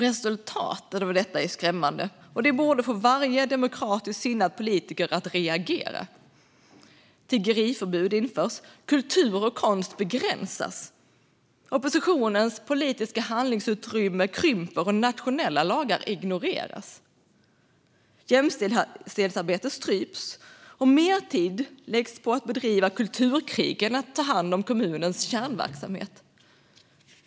Resultatet av detta är skrämmande och borde få varje demokratiskt sinnad politiker att reagera. Tiggeriförbud införs, kultur och konst begränsas, oppositionens politiska handlingsutrymme krymper och nationella lagar ignoreras. Jämställdhetsarbetet stryps. Mer tid läggs på att bedriva kulturkrig än på att ta hand om kommunens kärnverksamhet.